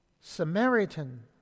Samaritan